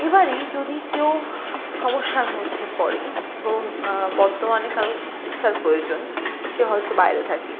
এবারি যদি কেউ সমস্যার মধ্যে পড়ে ধরুন বর্তমানে কারোর চিকিৎসার প্রয়োজন সে হয়তো বাইরে থাকে